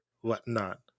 whatnot